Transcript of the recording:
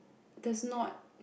that's not